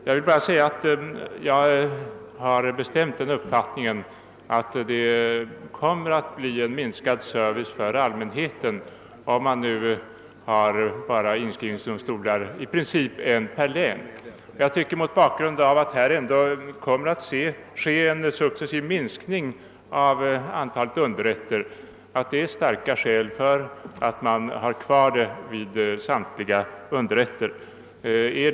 Jag vill bara säga att jag har den uppfattningen att det kommer att bli minskad service för allmänheten, om man i princip bara skall ha en inskrivningsdomstol per län. Mot bakgrunden av att det kommer att ske en successiv minskning av antalet underrätter föreligger starka skäl för att bibehålla inskrivningsförfarandet vid samtliga underrätter.